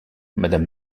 madame